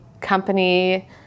company